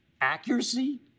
Accuracy